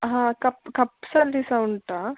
ಹಾಂ ಕಪ್ ಕಪ್ಸಲ್ಲಿ ಸಹ ಉಂಟಾ